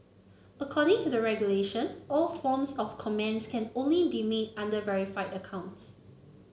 according to the regulation all forms of comments can only be made under verified accounts